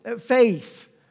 faith